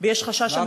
חברי